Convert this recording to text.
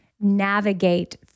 navigate